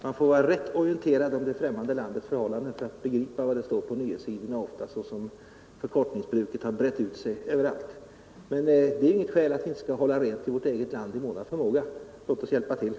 Man får vara rätt orienterad om det främmande landets förhållanden för att begripa det som står på nyhetssidorna såsom förkortningsbruket har brett ut sig överallt. Men det är inget skäl till att vi inte skall hålla rent i vårt eget land i mån av förmåga. Låt oss hjälpa till!